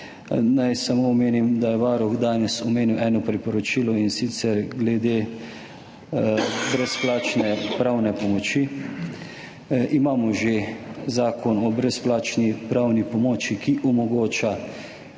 naj samo omenim, da je Varuh danes omenil eno priporočilo, in sicer glede brezplačne pravne pomoči. Imamo že Zakon o brezplačni pravni pomoči, ki omogoča